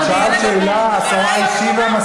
את שאלת שאלה, השרה השיבה.